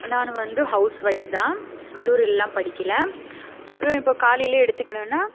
நான் வந்து ஹவுஸ் ஒய்ஃப்தான் கல்லூரில்லாம் படிக்கலை அப்புறம் இப்போ காலையிலேயே எடுத்துக்குனோன்னால்